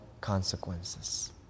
consequences